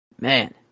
man